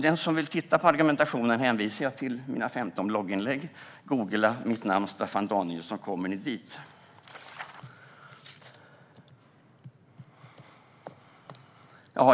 Den som vill titta på argumentationen hänvisar jag till mina 15 blogginlägg. Om ni googlar mitt namn, Staffan Danielsson, hittar ni dit.